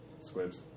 Squibs